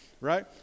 Right